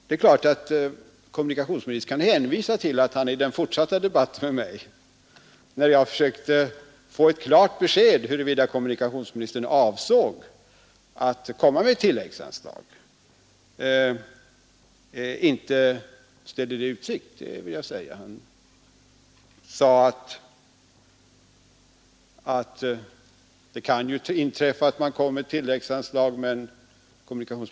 Det är klart att kommunikationsministern kan hänvisa till att han i den fortsatta debatten med mig när jag försökte få ett klart besked om huruvida kommunikationsministern avsåg att komma med tilläggsanslag inte lovade detta. Han sade att det kan inträffa att man kan ha anledning att gå in med ett tilläggsanslag, men han lovade det inte.